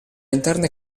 interne